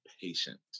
patient